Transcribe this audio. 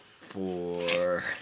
Four